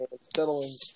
settling